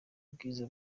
bwiza